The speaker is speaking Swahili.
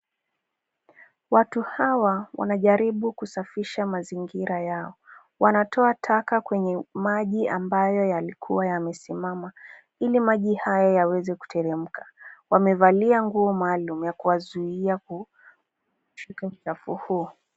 Watu hawa wanajaribu kusafisha mazingira yao, wanatoa taka kwenye maji ambayo yalikuwa yamesimama, ili maji haya yaweze kuteremka. Wamevalia nguo maalum ya kuwazuiya kushika uchafu huo.